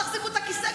תחזיקו את הכיסא,